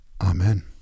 Amen